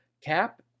Cap